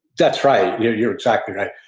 that's right, you're you're exactly right.